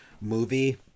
movie